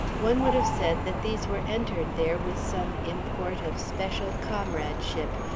one would have said that these were entered there with some import of special comradeship,